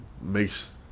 makes